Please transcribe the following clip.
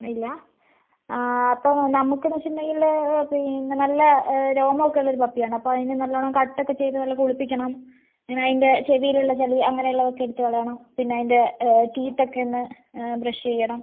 ഇല്ല അപ്പോൾ നമുക്കെന്ന് വെച്ചിട്ടുണ്ടെങ്കിൽ പിന്നെ നല്ല രോമൊക്കെയുള്ളൊരു പപ്പിയാണ് അപ്പം അതിന് നല്ലോണം കട്ടൊക്കെ ചെയ്ത് നല്ല കുളിപ്പിക്കണം പിന്നെ അതിൻ്റെ ചെവീലൊള്ള ചെളി അങ്ങനുള്ളതൊക്കെ എടുത്ത് കളയണം പിന്നെ അതിൻ്റെ ടീത്തൊക്കെ ഒന്ന് ബ്രഷെയ്യണം